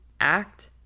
Act